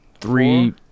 three